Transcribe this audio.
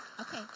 okay